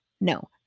No